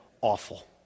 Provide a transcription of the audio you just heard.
awful